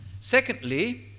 Secondly